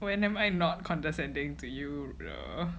when am I not condescending to you